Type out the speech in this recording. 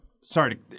Sorry